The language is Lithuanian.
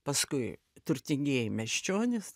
paskui turtingieji miesčionys